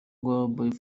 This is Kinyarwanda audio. boy